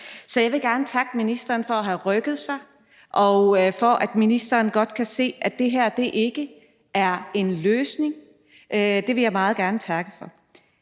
så jeg vil gerne takke ministeren for at have rykket sig og for, at ministeren godt kan se, at det her ikke er en løsning. Det vil jeg meget gerne takke for.